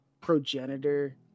progenitor